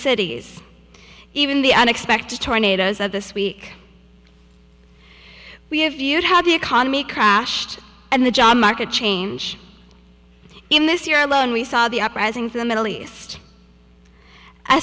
cities even the unexpected tornadoes that this week we have viewed how the economy crashed and the job market change in this year alone we saw the uprisings in the middle east